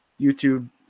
YouTube